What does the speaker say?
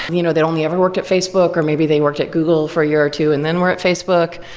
you know they'd only ever worked at facebook, or maybe they worked at google for a year or two and then were at facebook.